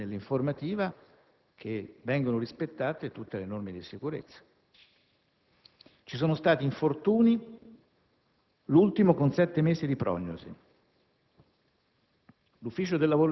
e viene detto nell'informativa che vengono rispettate tutte le norme di sicurezza. Ci sono stati degli infortuni, l'ultimo dei quali con sette mesi di prognosi.